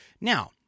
Now